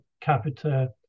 capita